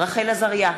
רחל עזריה,